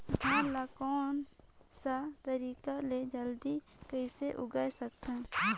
धान ला कोन सा तरीका ले जल्दी कइसे उगाय सकथन?